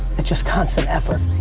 just constant effort.